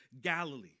Galilee